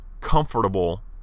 comfortable